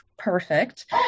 perfect